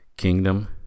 Kingdom